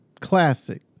classic